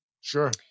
Sure